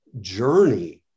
journey